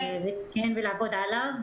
לתקן ולעבוד עליו.